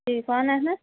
جی کون احمد